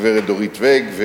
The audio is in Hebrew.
הגברת דורית ואג,